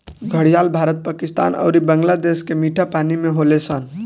घड़ियाल भारत, पाकिस्तान अउरी बांग्लादेश के मीठा पानी में होले सन